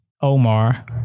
Omar